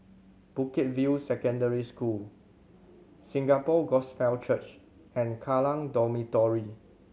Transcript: Bukit View Secondary School Singapore Gospel Church and Kallang Dormitory